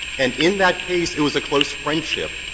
and in that case it was a close friendship,